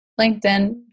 LinkedIn